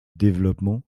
développement